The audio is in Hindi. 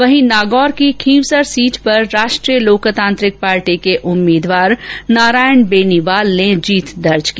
वहीं नागौर की खींवसर सीट पर राष्ट्रीय लोकतांत्रिक पार्टी के उम्मीदवार नारायण बेनीवाल ने जीत दर्ज की